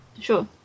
Sure